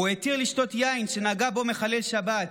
הוא התיר לשתות יין שנגע בו מחלל שבת,